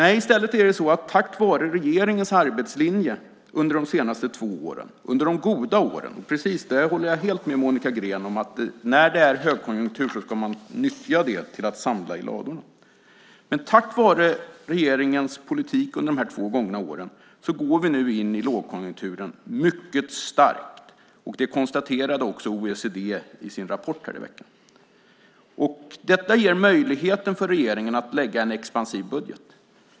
I stället är det så att tack vare regeringens arbetslinje under de senaste två åren, under de goda åren - jag håller helt med Monica Green om att när det är högkonjunktur ska man nyttja den till att samla i ladorna - går vi nu in i lågkonjunkturen mycket starka. Det konstaterade också OECD i sin rapport i veckan. Detta ger regeringen möjligheten att lägga fram en expansiv budget.